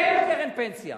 אין לו קרן פנסיה.